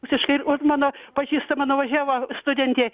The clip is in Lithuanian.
rusiškai mano pažįstama nuvažiavo studentė